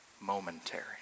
Momentary